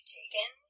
taken